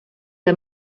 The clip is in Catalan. que